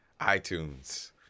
iTunes